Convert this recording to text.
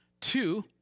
Two